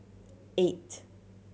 eight